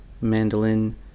mandolin